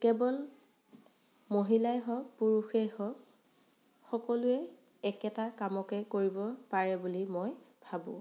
কেৱল মহিলাই হওক পুৰুষেই হওক সকলোৱে একেটা কামকে কৰিব পাৰে বুলি মই ভাবোঁ